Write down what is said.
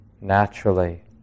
naturally